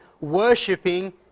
worshipping